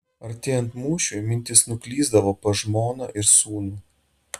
artėjant mūšiui mintys nuklysdavo pas žmoną ir sūnų